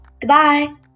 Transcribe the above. Goodbye